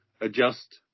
adjust